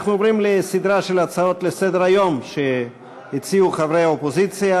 אנחנו עוברים לסדרה של הצעות לסדר-היום שהציעו חברי האופוזיציה.